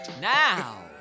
Now